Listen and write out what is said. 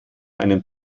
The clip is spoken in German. einem